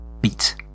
Beat